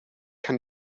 kann